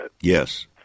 Yes